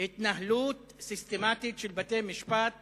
בהתנהלות סיסטמטית של בתי-משפט